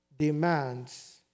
demands